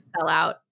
sellout